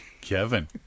Kevin